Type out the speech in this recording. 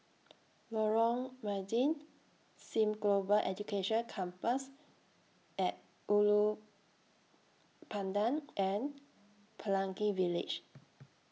Lorong Mydin SIM Global Education Campus At Ulu Pandan and Pelangi Village